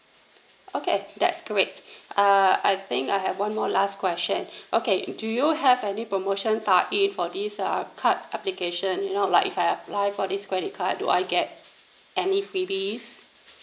okay that's great err I think I have one more last question okay do you have any promotions tie it for this ah card application you know like if I apply for this credit card do I get any freebies